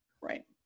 right